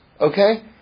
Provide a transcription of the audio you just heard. okay